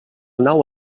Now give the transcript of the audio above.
nou